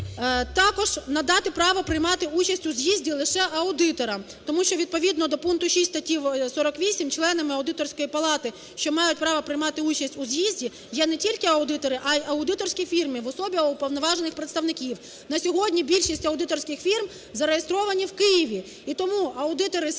Також надати право приймати участь у з'їзді лише аудиторам, тому що відповідно до пункту 6 статті 48 членами Аудиторської палати, що мають право приймати участь у з'їзді, є не тільки аудитори, а й аудиторські фірми в особі уповноважених представників. На сьогодні більшість аудиторських фірм зареєстровані в Києві. І тому аудитори з